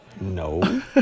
No